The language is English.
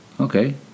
okay